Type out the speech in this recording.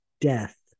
death